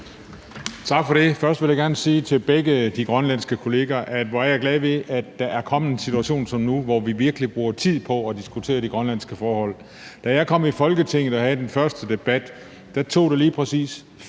Tak for det. Først vil jeg gerne sige til begge de grønlandske kolleger: Hvor er jeg glad ved, at der er kommet en situation som nu, hvor vi virkelig bruger tid på at diskutere de grønlandske forhold. Da jeg kom i Folketinget og havde den første debat, tog debatten